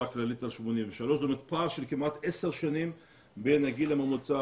הכללית על 83. זאת אומרת פער של כמעט עשר שנים בין הגיל הממוצע